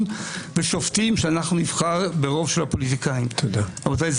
ושופטים שנבחר ברוב של הפוליטיקאים רבותיי,